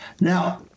Now